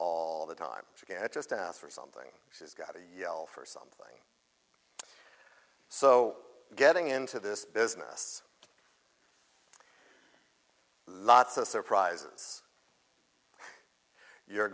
all the time i just asked for something she's got a yell for something so getting into this business lots of surprises you're